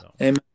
amen